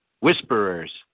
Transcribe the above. whisperers